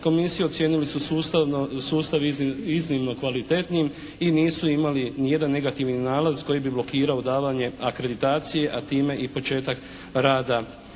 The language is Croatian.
komisije ocijenili su sustav iznimno kvalitetnim i nisu imali ni jedan negativni nalaz koji bi blokirao davanje akreditacije, a time i početak rada